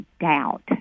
doubt